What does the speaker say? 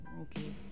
okay